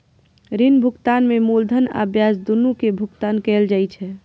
ऋण भुगतान में मूलधन आ ब्याज, दुनू के भुगतान कैल जाइ छै